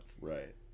Right